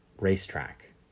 racetrack